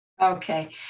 Okay